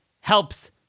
helps